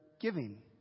giving